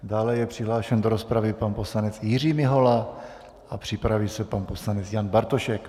Dále je přihlášen do rozpravy pan poslanec Jiří Mihola a připraví se pan poslanec Jan Bartošek.